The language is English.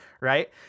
right